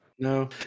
No